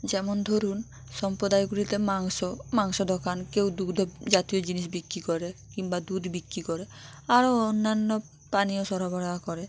যেমন ধরুন সম্প্রদায়গুলিতে মাংস মাংস দোকান কেউ দুধ জাতীয় জিনিস বিক্রি করে কিংবা দুধ বিক্রি করে আরো অন্যান্য পানীয় সরবরাহ করে